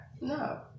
No